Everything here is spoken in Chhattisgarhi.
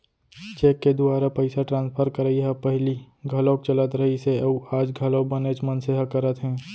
चेक के दुवारा पइसा ट्रांसफर करई ह पहिली घलौक चलत रहिस हे अउ आज घलौ बनेच मनसे ह करत हें